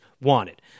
wanted